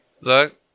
Look